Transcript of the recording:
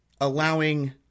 allowing